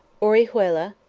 orihuela,